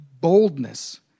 boldness